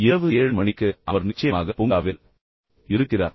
மற்றும் இரவு 7 மணிக்கு அவர் நிச்சயமாக பூங்காவில் இருக்கிறார்